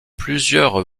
plusieurs